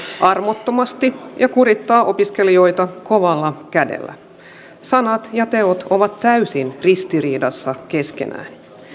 armottomasti ja kurittaa opiskelijoita kovalla kädellä sanat ja teot ovat täysin ristiriidassa keskenään